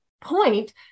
point